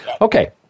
okay